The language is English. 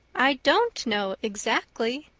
i don't know exactly,